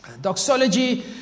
Doxology